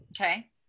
Okay